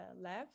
left